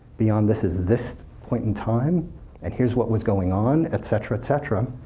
beyond this is this point in time and here's what was going on, et cetera, et cetera,